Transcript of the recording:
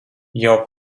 jau